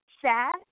sad